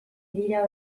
dira